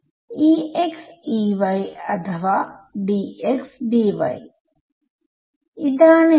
ഞാൻ എന്താണ് എഴുതേണ്ടത് ആദ്യത്തെ ടെർമ് എന്തായിരിക്കണം